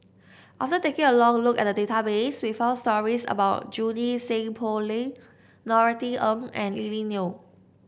after taking a long look at the database we found stories about Junie Sng Poh Leng Norothy Ng and Lily Neo